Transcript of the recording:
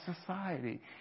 society